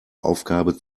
aufgabe